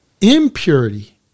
impurity